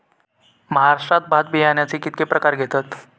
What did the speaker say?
महाराष्ट्रात भात बियाण्याचे कीतके प्रकार घेतत?